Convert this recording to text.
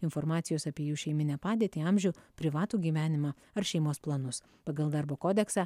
informacijos apie jų šeiminę padėtį amžių privatų gyvenimą ar šeimos planus pagal darbo kodeksą